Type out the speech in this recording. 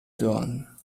done